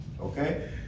Okay